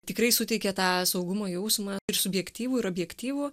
tikrai suteikia tą saugumo jausmą ir subjektyvų ir objektyvų